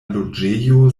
loĝejo